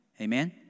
Amen